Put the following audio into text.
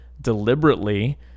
deliberately